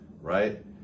right